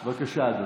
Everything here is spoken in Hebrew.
בבקשה, אדוני.